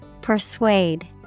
Persuade